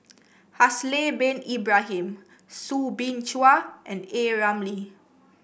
Haslir Bin Ibrahim Soo Bin Chua and A Ramli